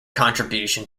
contribution